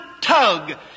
tug